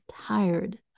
tired